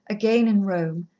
again in rome,